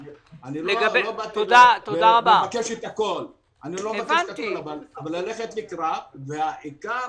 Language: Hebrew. אני לא מבקש את הכול אבל ללכת לקראת, ובעיקר